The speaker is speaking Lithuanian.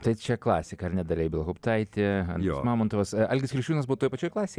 tai čia klasika ar ne dalia ibelhauptaitė andrius mamontovas algis kriščiūnas buvo toj pačioj klasėj